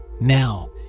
Now